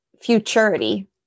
futurity